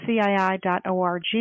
cii.org